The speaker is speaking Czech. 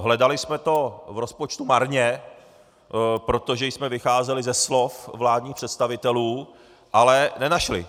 Hledali jsme to v rozpočtu marně, protože jsme vycházeli ze slov vládních představitelů, ale nenašli.